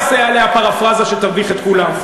לא אעשה עליה פרפראזה שתביך את כולם.